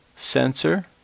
Sensor